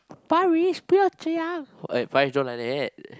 Parish 不要这样 eh Parish don't like that